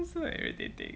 so irritating